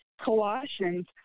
Colossians